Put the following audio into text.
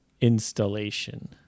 installation